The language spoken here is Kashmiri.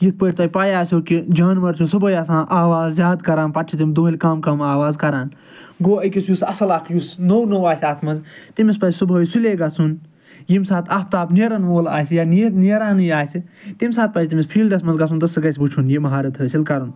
یِتھ پٲٹھۍ تۄہہِ پَے آسیو کہِ جانوَر چھِ صُبحٲے آسان آواز زیاد کَران پَتہٕ چھِ تِم دۄہلہِ کم کم آواز کَران گوٚو أکِس یُس اصل اکھ یُس نوٚو نوٚو آسہِ اتھ مَنٛز تٔمِس پَزِ صُبحٲے سُلے گَژھُن ییٚمہِ ساتہٕ آفتاب نیرَن وول آسہِ یا نیر نیرانٕے آسہِ تَمہِ ساتہٕ پَزِ تٔمِس فیٖلڈَس مَنٛز گَژھُن تہٕ سُہ گَژھِ وٕچھُن یہِ مہارت حٲصِل کَرُن